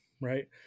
right